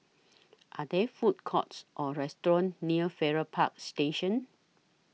Are There Food Courts Or restaurants near Farrer Park Station